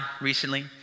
recently